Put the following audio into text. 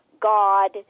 God